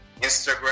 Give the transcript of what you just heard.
Instagram